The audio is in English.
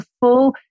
full